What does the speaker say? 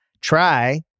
Try